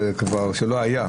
זה אומר שלא היה,